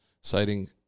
citing